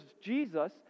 Jesus